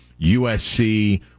USC